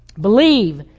Believe